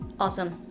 awesome.